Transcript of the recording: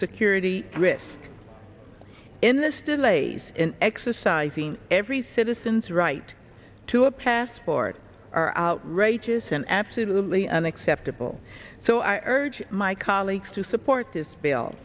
security risk in this delays in exercising every citizen's right to a passports are outrageous and absolutely unacceptable so i urge my colleagues to support this bill